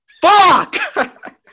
Fuck